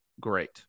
great